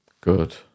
good